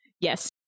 Yes